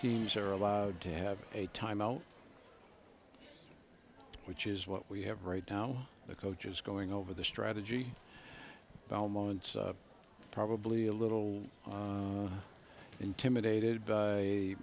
teams are allowed to have a timeout which is what we have right now the coach is going over the strategy belmont's probably a little intimidated by